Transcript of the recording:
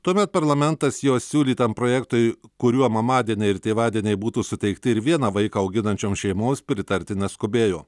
tuomet parlamentas jos siūlytam projektui kuriuo mamadieniai ir tėvadieniai būtų suteikti ir vieną vaiką auginančioms šeimoms pritarti neskubėjo